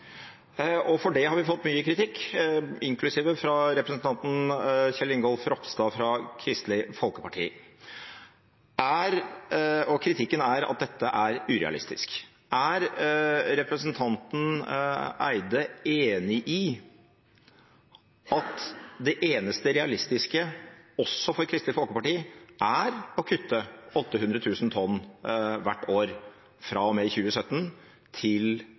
det. For det har vi fått mye kritikk, inklusive fra representanten Kjell Ingolf Ropstad fra Kristelig Folkeparti, og kritikken går på at dette er urealistisk. Er representanten Andersen Eide enig i at det eneste realistiske også for Kristelig Folkeparti er å kutte 800 000 tonn hvert år fra og med 2017 til